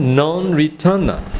non-returner